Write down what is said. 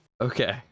okay